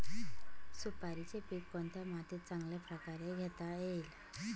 सुपारीचे पीक कोणत्या मातीत चांगल्या प्रकारे घेता येईल?